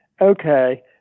okay